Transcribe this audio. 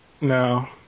No